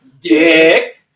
Dick